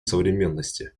современности